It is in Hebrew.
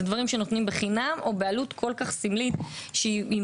זה דברים שנותנים בחינם או בעלות כה סמלית שמחזיקה